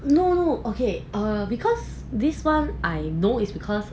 no no okay ah because this one I know it's because